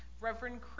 Reverend